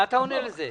מה תשובתך?